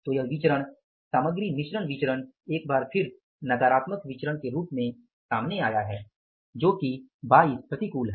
तो यह विचरण सामग्री मिश्रण विचरण एक बार फिर नकारात्मक विचरण के रूप में सामने आया है जो कि 22 प्रतिकूल है